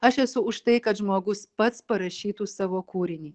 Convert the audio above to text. aš esu už tai kad žmogus pats parašytų savo kūrinį